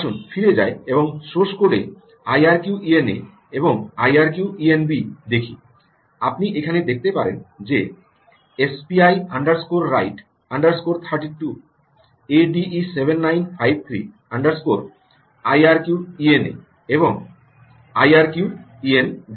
আসুন ফিরে যাই এবং সোর্স কোডে আইআরকিউইএনএ এবং আইআরকিউইএনবি দেখি আপনি এখানে দেখতে পারেন যে SPI underscore write underscore 32 ADE 7953 underscore IRQENA SPI WRITE 32ADE7953 IRQENA এবং আইআরকিউইএনবি